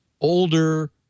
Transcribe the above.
older